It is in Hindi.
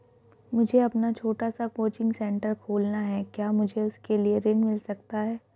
मुझे अपना छोटा सा कोचिंग सेंटर खोलना है क्या मुझे उसके लिए ऋण मिल सकता है?